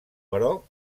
però